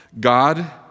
God